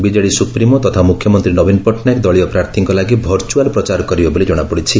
BJD supremo ତଥା ମୁଖ୍ୟମନ୍ତୀ ନବୀନ ପଟ୍ଟନାୟକ ଦଳୀୟ ପ୍ରାର୍ଥୀଙ୍କ ଲାଗି ଭର୍ଚୁଆଲ ପ୍ରଚାର କରିବେ ବୋଲି ଜଶାପଡିଛି